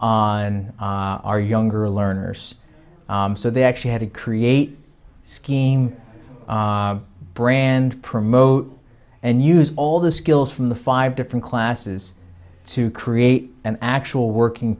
on our younger learners so they actually had to create scheme brand promote and use all the skills from the five different classes to create an actual working